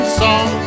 song